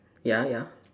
ya ya